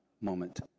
moment